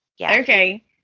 Okay